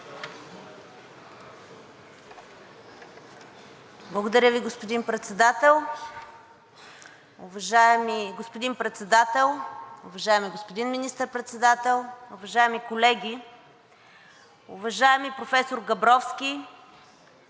Благодаря Ви, господин Председател. Уважаеми господин Председател, уважаеми господин Министър-председател, уважаеми колеги! Уважаеми професор Габровски,